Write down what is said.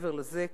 מעבר לזה,